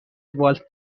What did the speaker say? والت